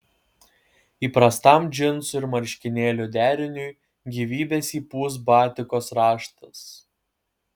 įprastam džinsų ir marškinėlių deriniui gyvybės įpūs batikos raštas